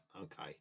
okay